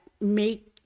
make